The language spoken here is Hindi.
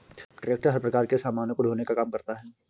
ट्रेक्टर हर प्रकार के सामानों को ढोने का काम करता है